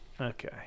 Okay